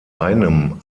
einem